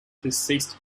deceased